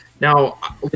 Now